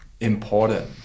important